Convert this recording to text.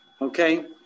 Okay